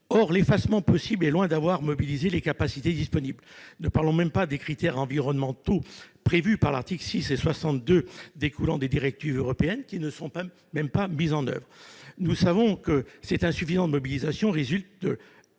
Or l'effacement possible est loin d'avoir mobilisé les capacités disponibles. Ne parlons même pas des critères environnementaux, qui sont fixés aux articles 6 et 62 et qui découlent des directives européennes, car ils ne sont même pas mis en oeuvre. Nous savons que cette insuffisante mobilisation de